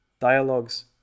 dialogues